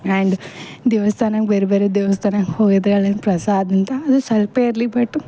and ದೇವಸ್ಥಾನಗ್ ಬೇರೆಬೇರೆ ದೇವಸ್ಥಾನ ಹೋಗಿದ್ದೆ ಅಲ್ಲಿನ ಪ್ರಸಾದ ಅಂತ ಅದು ಸಲ್ಪೆ ಇರಲಿ ಬಟ್